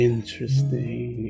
Interesting